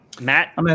Matt